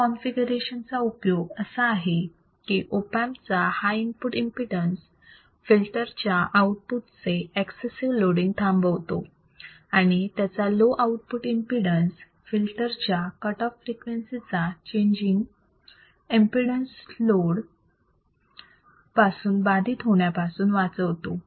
या कॉन्फिगरेशन चा उपयोग असा आहे की ऑप अँप चा हाय इनपुट एमपीडन्स फिल्टरच्या आउटपुट चे एक्सेसीव लोडींग थांबवतो आणि त्याचा लो आउटपुट एमपीडन्स फिल्टरच्या कट ऑफ फ्रिक्वेन्सी ला चेंजिंग एमपीडन्स लोड पासून बाधित होण्यापासून वाचवतो